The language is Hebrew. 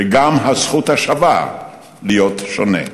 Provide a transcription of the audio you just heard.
וגם הזכות השווה להיות שונה.